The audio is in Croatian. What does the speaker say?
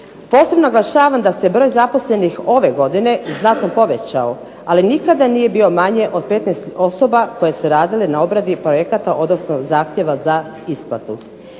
Posebno naglašavam da se broj zaposlenih ove godine znatno povećao, ali nije nikada bio manji od 15 osoba koje su radili na obradi projekata odnosno zahtjeva za isplatu.